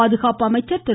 பாதுகாப்பு அமைச்சர் திரு